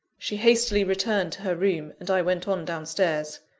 she hastily returned to her room, and i went on down stairs.